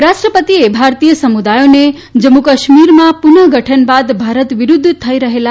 ઉપરાષ્ટ્રપતિએ ભારતીય સમુદાયોને જમ્મુ કાશ્મીરમાં પુનઃગઠન બાદ ભારત વિરુદ્ધ થઈ રહેલા